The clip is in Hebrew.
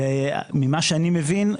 ממה שאני מבין,